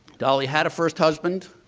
dolley had a first husband,